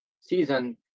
season